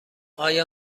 آیا